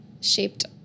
shaped